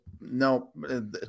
No